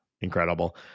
Incredible